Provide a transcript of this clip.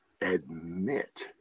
admit